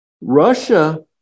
Russia